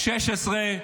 2016,